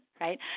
right